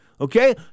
okay